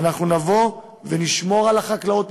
אנחנו נשמור על החקלאות,